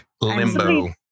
Limbo